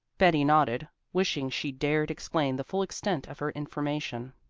betty nodded, wishing she dared explain the full extent of her information.